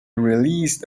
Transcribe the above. released